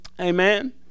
Amen